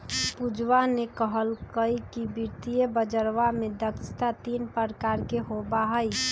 पूजवा ने कहल कई कि वित्तीय बजरवा में दक्षता तीन प्रकार के होबा हई